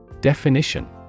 Definition